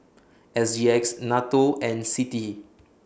S G X NATO and CITI